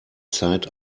zeit